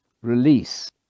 release